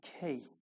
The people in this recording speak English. key